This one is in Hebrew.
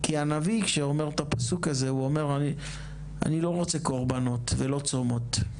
כי הנביא כשאומר את הפסוק הזה הוא אומר אני לא רוצה קורבנות ולא צומות.